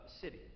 city